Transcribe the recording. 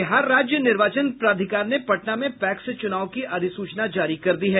बिहार राज्य निर्वाचन प्राधिकार ने पटना में पैक्स चुनाव की अधिसूचना जारी कर दी है